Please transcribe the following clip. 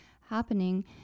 happening